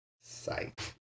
sight